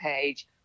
page